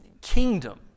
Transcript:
kingdom